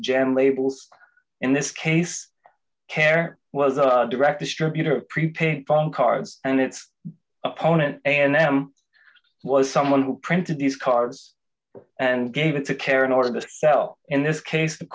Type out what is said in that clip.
jam labels in this case care was a direct distributor of prepaid phone cards and it's opponent and them was someone who printed these cards and gave it to care in order to sell in this case